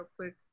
quick